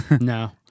No